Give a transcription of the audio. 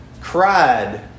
cried